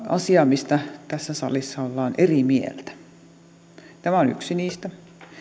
asiaa mistä tässä salissa ollaan eri mieltä tämä on yksi niistä